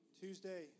Tuesday